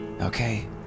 Okay